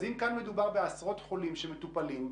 אז אם כאן מדובר בעשרות חולים שמטופלים,